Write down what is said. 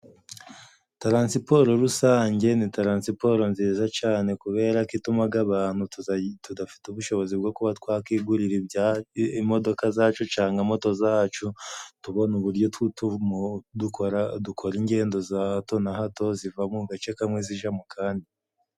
Taransiporo rusange ni taransiporo nziza cane, kubera ko itumaga abantu tuzayi tudafite ubushobozi bwo kuba twakwigurira ibya imodoka zacu cangwa moto zacu, tubona uburyo tu tumo dukora dukora ingendo za hato na hato, ziva mu gace kamwe zija mu kandi.